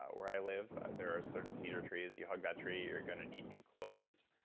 where i live, there are certain cedar trees. you hug that tree. you're going to need new clothes.